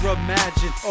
imagine